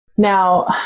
Now